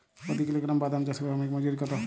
প্রতি কিলোগ্রাম বাদাম চাষে শ্রমিক মজুরি কত?